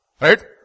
Right